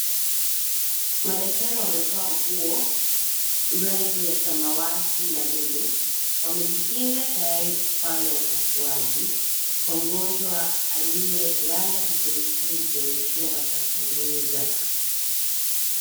Madaktari wamevaa nguo, rangi ya samawati na lulu, wamejikinga tayari kufanya upasuaji kwa mgonjwa aliyelala kifudifudi kwenye chumba cha kuuguza.